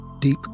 Deep